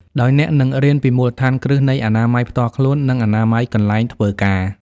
ដោយអ្នកនឹងរៀនពីមូលដ្ឋានគ្រឹះនៃអនាម័យផ្ទាល់ខ្លួន និងអនាម័យកន្លែងធ្វើការ។